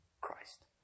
Christ